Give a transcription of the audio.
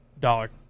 dollar